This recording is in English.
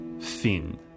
thin